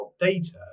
data